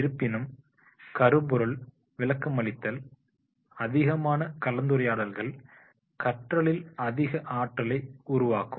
இருப்பினும் கருப்பொருள் விளக்கமளித்தல் இல் அதிகமான கலந்துரையாடல்கள் கற்றலில் அதிக ஆற்றலை உருவாகும்